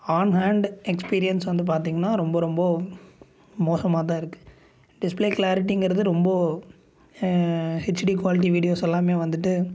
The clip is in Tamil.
ஆன் ஹேண்டு எக்ஸ்பீரியன்ஸ் வந்து பார்த்தீங்கன்னா ரொம்ப ரொம்ப மோசமாக தான் இருக்கு டிஸ்பிளே கிளாரிட்டிங்கிறது ரொம்ப ஹெச்டி குவாலிட்டி வீடியோஸ் எல்லாமே வந்துவிட்டு